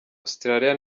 australia